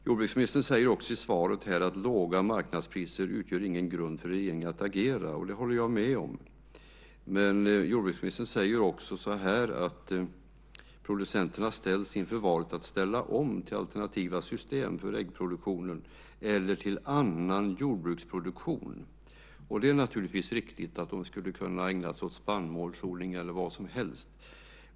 Jordbruksministern säger i svaret: "Låga marknadspriser utgör ingen grund för regeringen att agera." Det håller jag med om. Men jordbruksministern säger också att producenterna "ställts inför valet att ställa om till alternativa system för äggproduktion eller till annan jordbruksproduktion". Det är naturligtvis riktigt att de skulle kunna ägna sig åt spannmålsodling eller vad som helst.